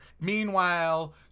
Meanwhile